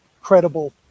credible